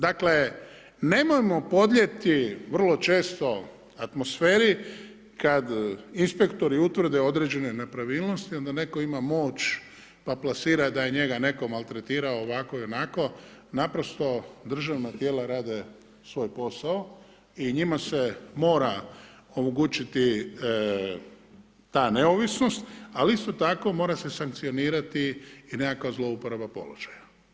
Dakle, nemojmo podljeti vrlo često atmosferi kad inspektori utvrde određene nepravilnosti onda netko ima moć pa plasira da je njega netko maltretirao ovako i onako, naprosto državna tijela rade svoj posao i njima se mora omogućiti ta neovisnost, ali isto tako mora se sankcionirati i nekakva zlouporaba položaja.